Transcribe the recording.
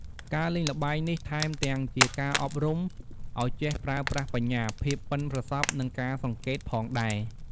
ការលេងល្បែងនេះថែមទាំង ជាការអប់រំ ឲ្យចេះប្រើប្រាស់បញ្ញា ភាពប៉ិនប្រសប់ និងការសង្កេតផងដែរ។